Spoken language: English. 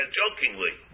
jokingly